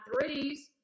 threes